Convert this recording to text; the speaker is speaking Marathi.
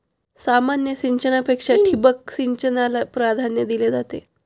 सामान्य सिंचनापेक्षा ठिबक सिंचनाला प्राधान्य दिले जाते